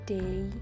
day